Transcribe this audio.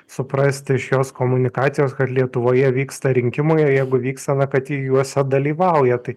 suprasti šios komunikacijos kad lietuvoje vyksta rinkimai jeigu vyksta na kad ir juose dalyvauja tai